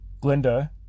Glinda